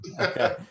Okay